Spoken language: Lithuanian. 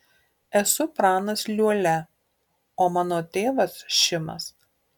esu pranas liuolia o mano tėvas šimas